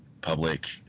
public